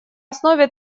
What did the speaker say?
основе